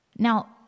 Now